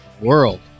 World